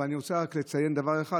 אבל אני רוצה רק לציין דבר אחד,